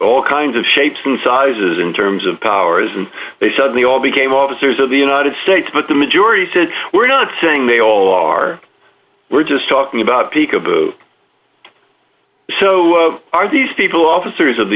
all kinds of shapes and sizes in terms of powers and they suddenly all became officers of the united states but the majority said we're not saying they all are we're just talking about peekaboo so are these people officers of the